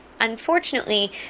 unfortunately